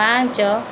ପାଞ୍ଚ